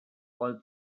all